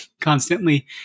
constantly